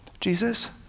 Jesus